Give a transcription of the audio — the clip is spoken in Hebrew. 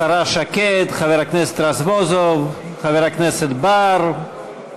השרה שקד, חבר הכנסת רזבוזוב, חבר הכנסת בר,